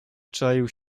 czaił